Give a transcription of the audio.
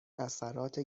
اثرات